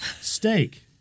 steak